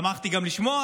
שמחתי גם לשמוע